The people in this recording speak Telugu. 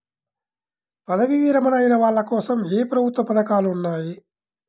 పదవీ విరమణ అయిన వాళ్లకోసం ఏ ప్రభుత్వ పథకాలు ఉన్నాయి?